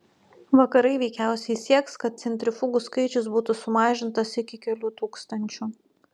vakarai veikiausiai sieks kad centrifugų skaičius būtų sumažintas iki kelių tūkstančių